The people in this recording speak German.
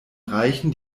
reichen